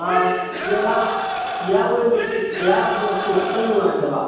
ꯑꯥ gear box ꯇꯣ ꯈꯤꯇꯪ ꯅꯨꯡꯉꯥꯏꯇꯕ